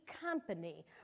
company